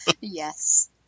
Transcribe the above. Yes